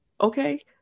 Okay